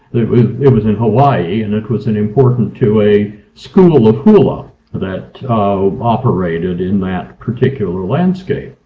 it was in hawaii and it was and important to a school of hula that operated in that particular landscape.